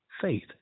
faith